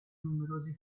numerosi